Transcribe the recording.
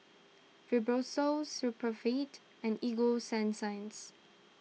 Fibrosol Supravit and Ego Sunsense